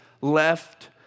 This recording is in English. left